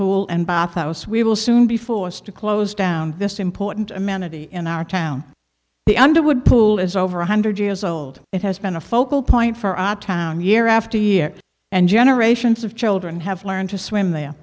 pool and bath house we will soon be forced to close down this important amenity in our town the underwood pool is over one hundred years old it has been a focal point for our town year after year and generations of children have learned to swim the